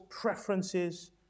preferences